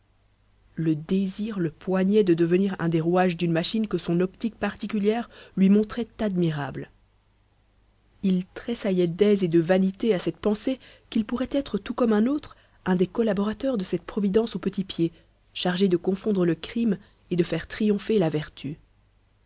le désir le poignait de devenir un des rouages d'une machine que son optique particulière lui montrait admirable il tressaillait d'aise et de vanité à cette pensée qu'il pourrait être tout comme un autre un des collaborateurs de cette providence au petit pied chargée de confondre le crime et de faire triompher la vertu